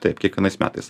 taip kiekvienais metais